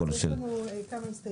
חברת הכסת